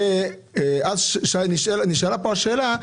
ואז נשאלה פה השאלה,